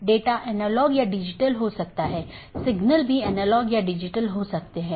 एक BGP के अंदर कई नेटवर्क हो सकते हैं